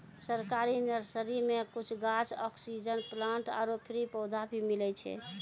सरकारी नर्सरी मॅ कुछ गाछ, ऑक्सीजन प्लांट आरो फ्री पौधा भी मिलै छै